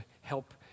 help